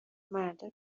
مردا